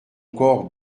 encore